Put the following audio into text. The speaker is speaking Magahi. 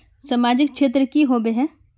सामाजिक क्षेत्र की होबे है?